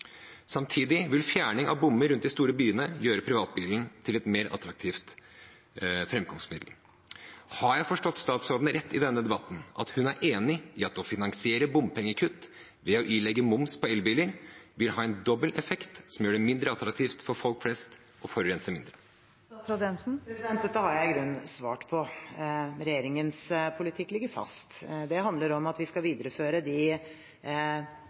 Samtidig vil fjerning av bommer rundt de store byene gjøre privatbilen til et mer attraktivt framkomstmiddel. Har jeg forstått statsråden rett i denne debatten, at hun er enig i at å finansiere bompengekutt ved å ilegge moms på elbiler vil ha en dobbel effekt, som gjør det mindre attraktivt for folk flest å forurense mindre? Dette har jeg i grunnen svart på. Regjeringens politikk ligger fast. Det handler om at vi skal videreføre de